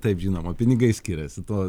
taip žinoma pinigai skiriasi tuo